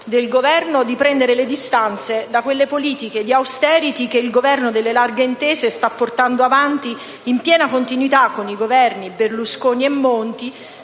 del Governo è di prendere le distanze da quelle politiche di *austerity* che il Governo delle larghe intese sta portando avanti in piena continuità con i Governi Berlusconi e Monti,